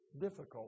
difficult